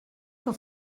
que